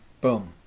boom